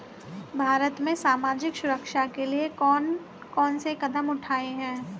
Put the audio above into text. भारत में सामाजिक सुरक्षा के लिए कौन कौन से कदम उठाये हैं?